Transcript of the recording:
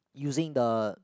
using the